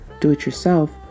do-it-yourself